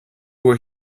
were